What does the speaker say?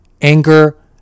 Anger